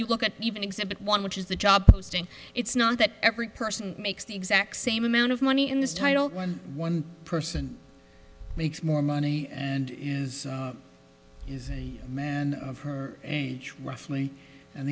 you look at even exhibit one which is the job it's not that every person makes the exact same amount of money in this title when one person makes more money and is he's a man of her age roughly and